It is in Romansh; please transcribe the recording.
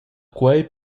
quei